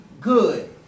good